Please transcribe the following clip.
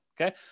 Okay